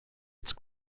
its